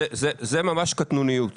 זאת ממש קטנוניות